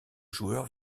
joueur